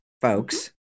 folks